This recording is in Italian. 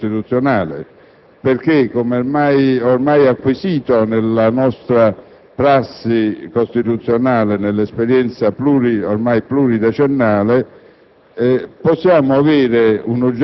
riferibili al precetto costituzionale, in quanto - come è oramai acquisito nella nostra prassi costituzionale, nell'esperienza pluridecennale